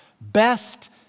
best